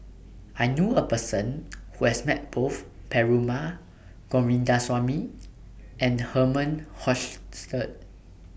I knew A Person Who has Met Both Perumal Govindaswamy and Herman Hochstadt